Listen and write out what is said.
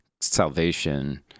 salvation